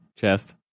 chest